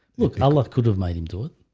look a lot could have made him do it.